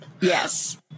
Yes